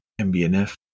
MBNF